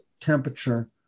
temperature